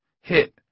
Hit